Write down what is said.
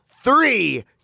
three